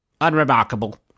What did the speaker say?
unremarkable